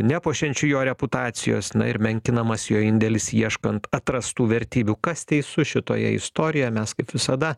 nepuošiančių jo reputacijos na ir menkinamas jo indėlis ieškant atrastų vertybių kas teisus šitoje istorijoje mes kaip visada